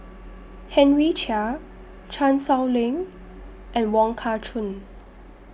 Henry Chia Chan Sow Lin and Wong Kah Chun